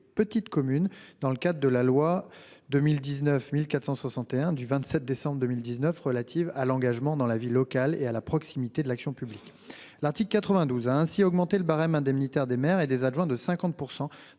petites communes, dans le cadre de la loi du 27 décembre 2019 relative à l'engagement dans la vie locale et à la proximité de l'action publique. L'article 92 de ce texte a ainsi augmenté le barème indemnitaire des maires et des adjoints de 50